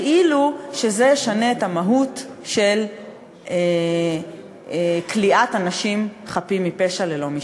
כאילו זה ישנה את המהות של כליאת אנשים חפים מפשע ללא משפט.